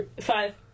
five